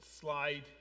slide